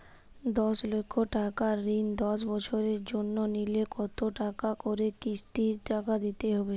দশ লক্ষ টাকার ঋণ দশ বছরের জন্য নিলে কতো টাকা করে কিস্তির টাকা হবে?